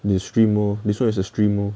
is a stream lor this is a stream lor